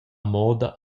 moda